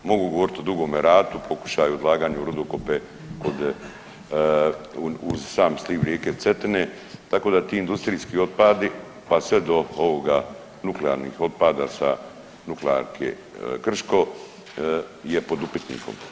Mogu govoriti o Dugome Ratu, pokušaju odlaganja u rudokope kod, uz sam sliv rijeke Cetine tako da ti industrijski otpadi, pa sve do ovoga nuklearnih otpada sa nuklearke Krško je pod upitnikom.